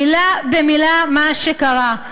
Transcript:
מילה במילה מה שקרה.